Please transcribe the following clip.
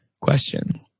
question